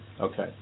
Okay